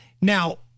Now